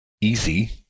easy